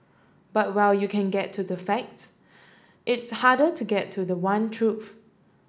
but while you can get to the facts it's harder to get to the one truth